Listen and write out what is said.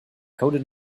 coded